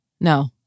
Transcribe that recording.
No